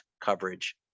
coverage